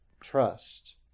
trust